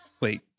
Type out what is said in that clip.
Wait